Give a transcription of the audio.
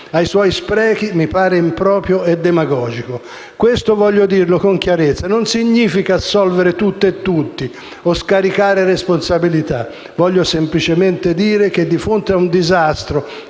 ai suoi sprechi mi pare improprio e demagogico. Questo - voglio dirlo con chiarezza - non significa assolvere tutto e tutti o scaricare responsabilità. Voglio semplicemente dire che, di fronte ad un disastro